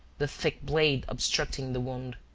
the thick blade obstructing the wound.